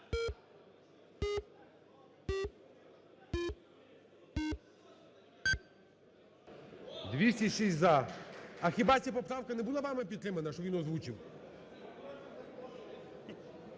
206 – за. А хіба ця поправка не були вами підтримана, що він озвучив?